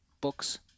books